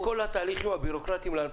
אני לא רוצה להיות יותר חברת אשראי של האוצר,